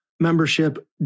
Membership